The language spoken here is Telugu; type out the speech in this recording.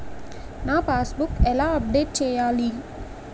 నా పాస్ బుక్ ఎలా అప్డేట్ చేయాలి?